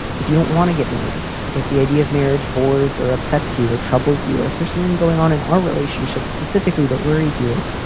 if you don't want to get married. if the idea of marriage bores or upsets you or troubles you or if there's something going on in our relationship specifically that worries you.